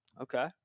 Okay